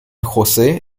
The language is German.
josé